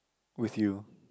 with you